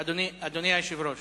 אדוני היושב-ראש,